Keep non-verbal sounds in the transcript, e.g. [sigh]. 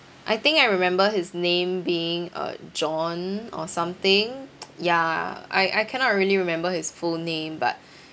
I think I remember his name being uh john or something [noise] ya I I cannot really remember his full name but